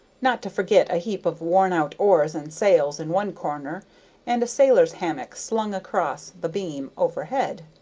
not to forget a heap of worn-out oars and sails in one corner and a sailor's hammock slung across the beam overhead,